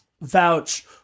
vouch